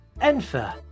Enfer